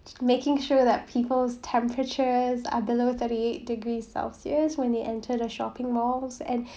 making sure that people's temperatures are below thirty eight degrees celsius when they enter the shopping malls and